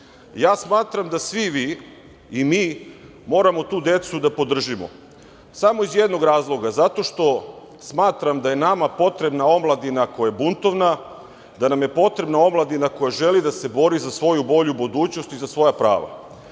Ja smatram da svi vi i mi moramo tu decu da podržimo samo iz jednog razloga - zato što smatram da je nama potrebna omladina koja je buntovna, da nam je potrebna omladina koja želi da se bori za svoju bolju budućnost i za svoja prava. Nikome